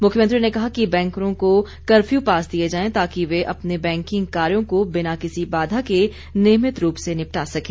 मुख्यमंत्री ने कहा कि बैंकरों को कर्फ्यू पास दिए जाएं ताकि वे अपने बैंकिंग कार्यों को बिना किसी बाधा के नियमित रूप से निपटा सकें